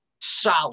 solid